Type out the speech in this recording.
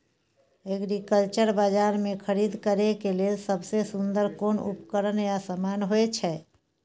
Agriculture बाजार में खरीद करे के लेल सबसे सुन्दर कोन उपकरण या समान होय छै?